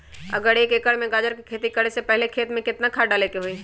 अगर एक एकर में गाजर के खेती करे से पहले खेत में केतना खाद्य डाले के होई?